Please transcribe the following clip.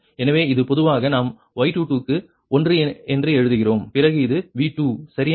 எனவே இது பொதுவாக நாம் Y22 க்கு 1 என்று எழுதுகிறோம் பிறகு இது V2 சரியா